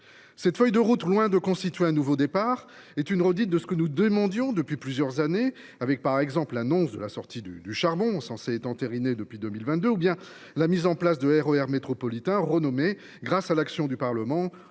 Cette feuille de route, loin de constituer un nouveau départ, est une redite de ce que nous demandions depuis plusieurs années : par exemple, l’annonce de la sortie du charbon, censément entérinée depuis 2022, ou encore la mise en place de RER métropolitains, renommés, grâce à l’action du Parlement, sous le